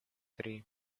три